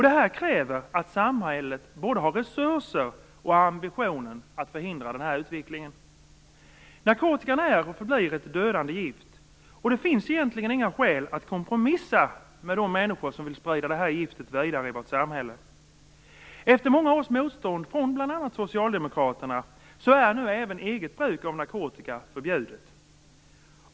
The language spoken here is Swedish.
Detta kräver att samhället både har resurser och har ambitionen att förhindra denna utveckling. Narkotikan är och förblir ett dödande gift. Det finns egentligen inga skäl att kompromissa med dem som vill sprida giftet vidare i vårt samhälle. Efter många års motstånd från bl.a. Socialdemokraterna, är nu även eget bruk av narkotika förbjudet.